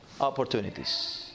Opportunities